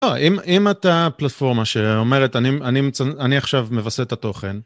אם אתה הפלטפורמה שאומרת אני עכשיו מווסת את התוכן.